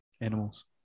animals